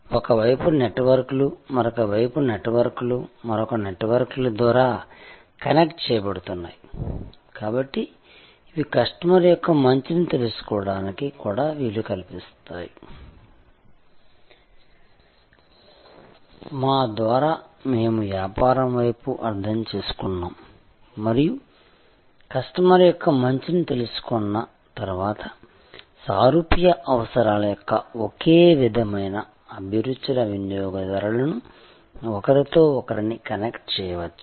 ఒక వైపు నెట్వర్క్లు మరొక వైపు నెట్వర్క్లు మరొక నెట్వర్క్ల ద్వారా కనెక్ట్ చేయబడుతున్నాయి కాబట్టి ఇవి కస్టమర్ యొక్క మంచిని తెలుసుకోవడానికి కూడా వీలు కల్పిస్తాయి మా ద్వారా మేము వ్యాపారం వైపు అర్థం చేసుకున్నాము మరియు కస్టమర్ యొక్క మంచిని తెలుసుకున్న తర్వాత సారూప్య అవసరాల యొక్క ఒకే విధమైన అభిరుచుల వినియోగదారులను ఒకరితో ఒకరిని కనెక్ట్ చేయవచ్చు